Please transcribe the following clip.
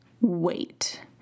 wait